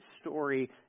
story